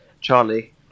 Charlie